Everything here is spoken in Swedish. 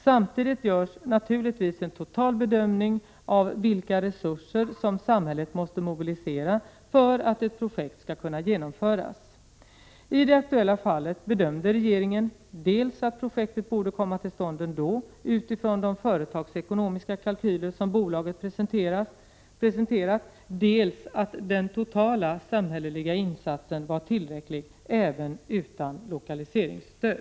Samtidigt görs naturligtvis en total bedömning av vilka resurser som samhället måste mobilisera för att ett projekt skall kunna genomföras. I det aktuella fallet bedömde regeringen dels att projektet borde komma till stånd ändå utifrån de företagsekonomiska kalkyler som bolaget presenterat, dels att den totala samhälleliga insatsen var tillräcklig även utan lokaliseringsstöd.